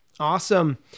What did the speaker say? Awesome